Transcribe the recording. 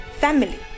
family